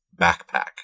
Backpack